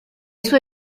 sue